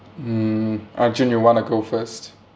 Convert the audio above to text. mm arjun you want to go first